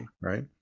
right